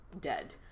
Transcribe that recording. dead